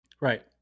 Right